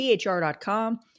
THR.com